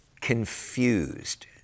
confused